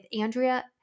Andrea